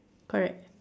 correct